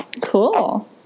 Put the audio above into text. Cool